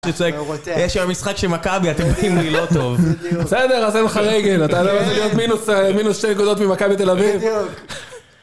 יש שם משחק שמכבי, אתם רואים לי לא טוב. בסדר, אז אין לך רגל, אתה יודע מה זה להיות מינוס שתי נקודות ממכבי תל אביב? בדיוק